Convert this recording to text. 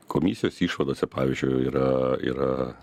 komisijos išvadose pavyzdžiui yra yra